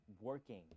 working